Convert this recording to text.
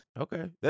Okay